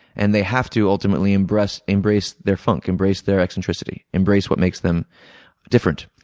and they have to, ultimately, embrace embrace their funk, embrace their eccentricity, embrace what makes them different,